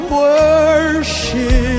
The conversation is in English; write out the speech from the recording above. worship